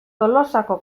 tolosako